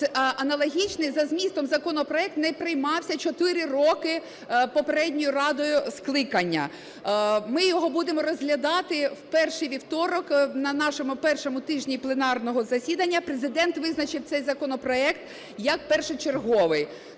Аналогічний за змістом законопроект не приймався 4 роки попередньою Радою скликання. Ми його будемо розглядати в перший вівторок на нашому першому тижні пленарного засідання. Президент визначив цей законопроект як першочерговий.